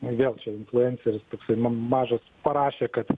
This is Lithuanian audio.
mažiausia influenceris toksai mažas parašė kad